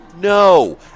no